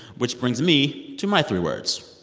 which brings me to my three words